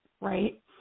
right